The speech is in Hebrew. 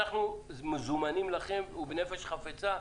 אנחנו מזומנים לכם, ובנפש חפצה.